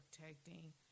protecting